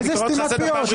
איזה סתימת פיות?